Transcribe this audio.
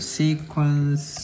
sequence